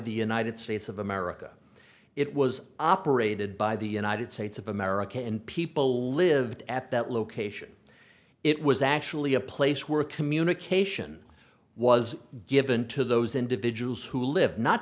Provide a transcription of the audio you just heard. the united states of america it was operated by the united states of america and people lived at that location it was actually a place where communication was given to those individuals who lived not